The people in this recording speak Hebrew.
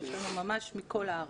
יש לנו ממש מכל הארץ.